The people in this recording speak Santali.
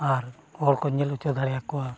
ᱟᱨ ᱦᱚᱲ ᱠᱚ ᱧᱮᱞ ᱦᱚᱪᱚ ᱫᱟᱲᱮᱭᱟᱠᱚᱣᱟ